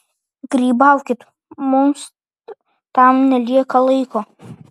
grybaukit mums tam nelieka laiko